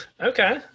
Okay